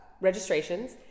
registrations